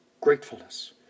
gratefulness